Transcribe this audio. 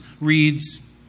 reads